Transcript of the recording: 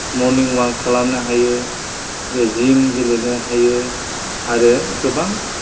morning walk खालामनो हायो बे जिम गेलेनो हायो आरो गोबां